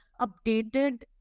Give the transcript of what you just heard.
updated